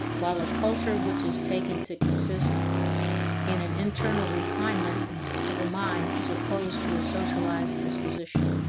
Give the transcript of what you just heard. while a culture which is taken to consist in an internal refinement of a mind is opposed to a socialized disposition.